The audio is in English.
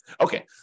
Okay